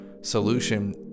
solution